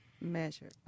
Measure